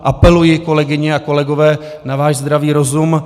Apeluji, kolegyně a kolegové, na váš zdravý rozum.